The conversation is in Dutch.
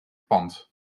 pand